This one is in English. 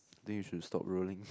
then you should stop rolling